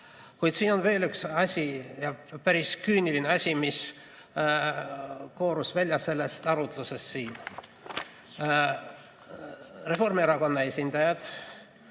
siin on veel üks asi, ja päris küüniline asi, mis koorus välja sellest arutlusest siin. Reformierakonna esindajad